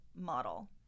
model